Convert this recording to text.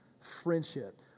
friendship